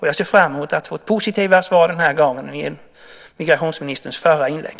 Jag ser fram emot att få ett positivare svar den här gången än i migrationsministerns förra inlägg.